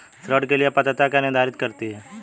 ऋण के लिए पात्रता क्या निर्धारित करती है?